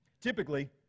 Typically